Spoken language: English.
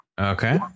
Okay